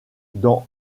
dans